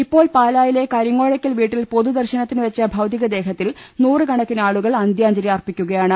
ഇപ്പോൾ പാലായിലെ കരിങ്ങോഴക്കൽ വീട്ടിൽ പൊതുദർശനത്തിന് ഒവച്ച ഭൌതികദേഹത്തിൽ നൂറുകണ ക്കിന് ആളുകൾ അന്ത്യാഞ്ജലി അർപ്പിക്കുകയാണ്